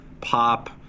pop